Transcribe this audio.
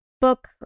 book